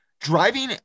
Driving